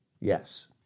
Yes